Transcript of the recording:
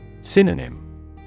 Synonym